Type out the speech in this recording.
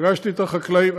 פגשתי את החקלאים,